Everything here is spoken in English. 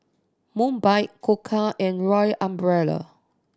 Mobike Koka and Royal Umbrella